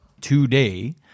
today